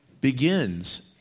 begins